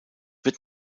wird